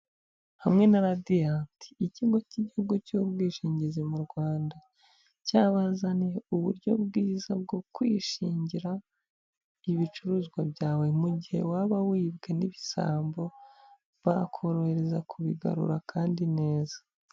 Hamwe na Radiant ikigo cy'igihugu cy'ubwishingizi mu Rwanda, cyabazaniye uburyo bwiza bwo kwishingira ibicuruzwa byawe mu gihe waba wibwe n'ibisambo bakorohereza kubigarura kandi neza.